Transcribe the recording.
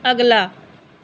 ਅਗਲਾ